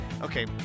Okay